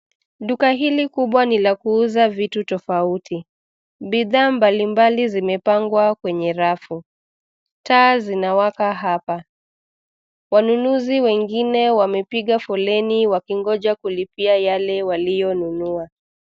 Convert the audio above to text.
Duka hili kubwa ni la kuuza vitu tofauti. Bidhaa mbalimbali zimepangwa kwenye rafu. Taa zinawaka hapa. Wanunuzi wengine wamepiga foleni wakingoja kulipia yale walionunua.